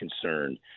concerned